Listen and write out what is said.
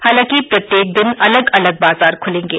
हालांकि प्रत्येक दिन अलग अलग बाजार खुलेंगे